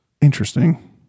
interesting